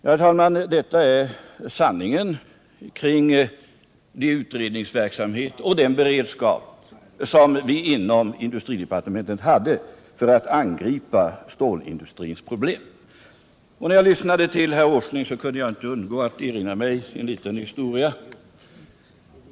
Det jag nu redovisat är sanningen om den utredningsverksamhet och den beredskap som vi inom industridepartementet hade för att angripa stålindustrins problem. När jag lyssnade till herr Åsling kunde jag inte undgå att erinra mig en liten historia.